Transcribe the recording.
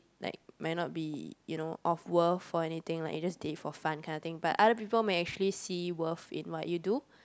like might not be you know of worth for anything like you just did it for fun kind of thing but other people may actually see worth in what you do